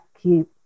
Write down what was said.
keep